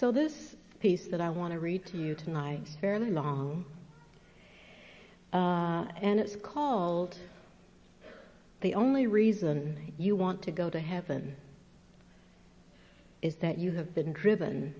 so this piece that i want to read to you tonight very long and it's called the only reason you want to go to heaven is that you have been driven